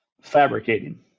Fabricating